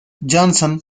johnson